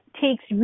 takes